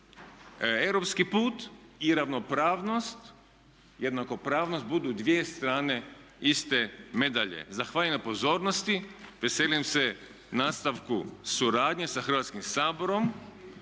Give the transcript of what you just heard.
europski put i ravnopravnost, jednakopravnost budu dvije strane iste medalje. Zahvaljujem na pozornosti. Veselim se nastavku suradnje sa Hrvatskim saborom